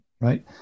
right